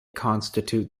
constitute